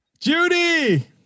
Judy